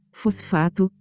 fosfato